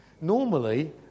Normally